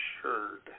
assured